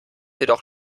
jedoch